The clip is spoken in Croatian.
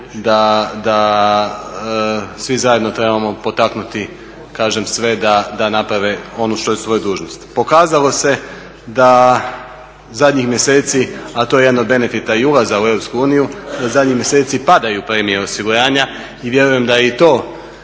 da svi zajedno trebamo potaknuti kažem sve da naprave ono što je dužnost. Pokazalo se da zadnjih mjeseci, a to je jedan od benefita i ulaza u EU da zadnjih mjeseci padaju premije osiguranja i vjerujem da je i to,